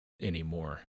anymore